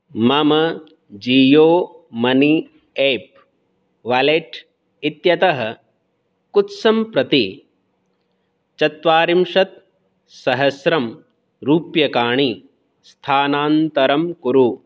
मम Jio money app wallet इत्यतः कुत्सं प्रति चत्वारिंशत् सहस्रं रूप्यकाणि स्थानान्तरं कुरु